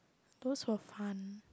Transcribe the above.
those were fun